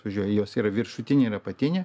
važiuoja jos yra viršutinė ir apatinė